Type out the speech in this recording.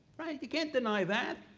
you can't deny that.